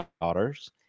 daughters